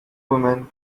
woman